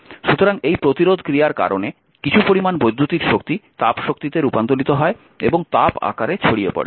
সুতরাং এই প্রতিরোধ ক্রিয়ার কারণে কিছু পরিমাণ বৈদ্যুতিক শক্তি তাপ শক্তিতে রূপান্তরিত হয় এবং তাপ আকারে ছড়িয়ে পড়ে